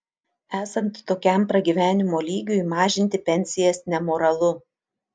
esant tokiam pragyvenimo lygiui mažinti pensijas nemoralu